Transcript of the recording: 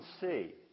see